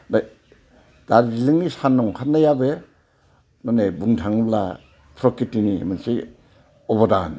दा दार्जिलिंनि सान ओंखारनायाबो माने बुंनो थाङोब्ला प्रक्रितिनि मोनसे अबदान